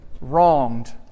wronged